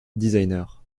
designer